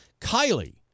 Kylie